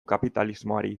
kapitalismoari